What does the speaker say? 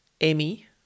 Amy